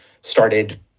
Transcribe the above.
started